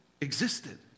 existed